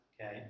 Okay